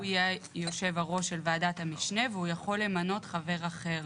הוא יהיה יושב-הראש של ועדת המשנה והוא יכול למנות חבר אחר